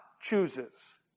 chooses